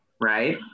right